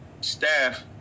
staff